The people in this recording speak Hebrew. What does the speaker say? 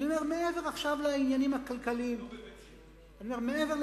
אני אומר: מעבר לעניינים הכלכליים עכשיו,